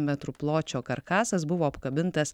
metrų pločio karkasas buvo apkabintas